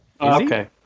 Okay